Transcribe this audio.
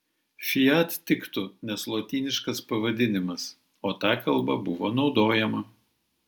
fiat tiktų nes lotyniškas pavadinimas o ta kalba buvo naudojama